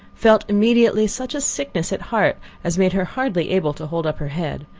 felt immediately such a sickness at heart as made her hardly able to hold up her head,